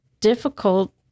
difficult